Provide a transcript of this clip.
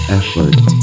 effort